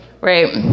Right